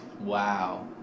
Wow